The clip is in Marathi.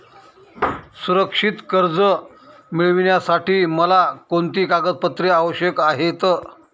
सुरक्षित कर्ज मिळविण्यासाठी मला कोणती कागदपत्रे आवश्यक आहेत